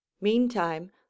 Meantime